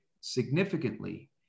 significantly